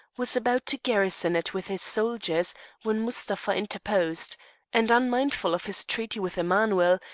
was about to garrison it with his soldiers when mustapha interposed, and, unmindful of his treaty with emanuel,